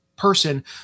Person